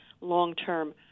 long-term